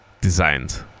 designed